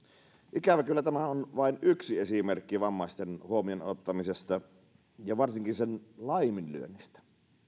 ikävä kyllä tämä on vain yksi esimerkki vammaisten huomioon ottamisesta ja varsinkin sen laiminlyönnistä